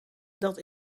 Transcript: dat